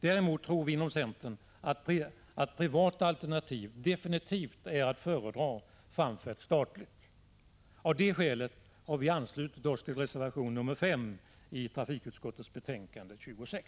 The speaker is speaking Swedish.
Däremot tror vi i centern att privata alternativ definitivt är att föredra framför ett statligt alternativ. Av det skälet har vi anslutit oss till reservation nr 5 i trafikutskottets betänkande nr 26.